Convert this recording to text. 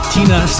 Tina